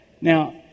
Now